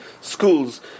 schools